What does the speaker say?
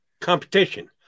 Competition